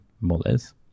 moles